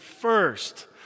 First